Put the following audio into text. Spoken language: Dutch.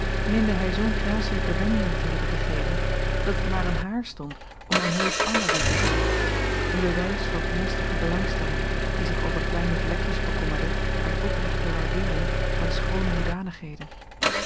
meende hij zoo'n gracelijke wending te hebben gegeven dat het maar aan haar stond om er heel iets anders in te zien een bewijs van ernstige belangstelling die zich over kleine vlekjes bekommerde uit oprechte waardeering van schoone hoedanigheden